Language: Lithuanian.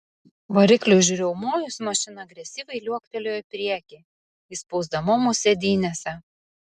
varikliui užriaumojus mašina agresyviai liuoktelėjo į priekį įspausdama mus sėdynėse